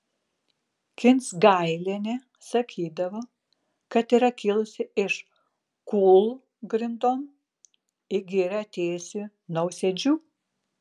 kinsgailienė sakydavo kad yra kilusi iš kūlgrindom į girią atėjusių nausėdžių